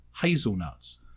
hazelnuts